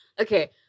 Okay